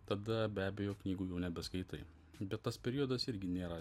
tada be abejo knygų jau nebeskaitai bet tas periodas irgi nėra